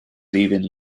leaving